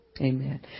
Amen